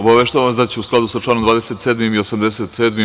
Obaveštavam vas da će u skladu sa članom 27. i 87.